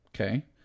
Okay